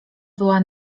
była